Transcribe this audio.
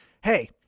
hey